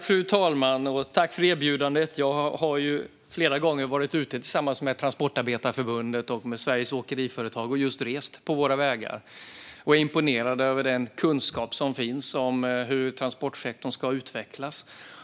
Fru talman! Jag tackar Thomas Morell för erbjudandet. Jag har flera gånger varit ute och rest på våra vägar tillsammans med Transportarbetareförbundet och Sveriges Åkeriföretag och är imponerad av den kunskap som finns om hur transportsektorn ska utvecklas.